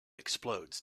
explodes